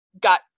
got